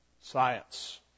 Science